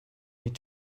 need